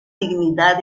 dignidad